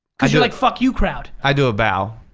cause you're like fuck you crowd? i do a bow.